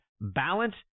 balance